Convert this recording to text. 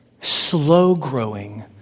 slow-growing